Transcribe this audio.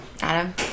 Adam